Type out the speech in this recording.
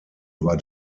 war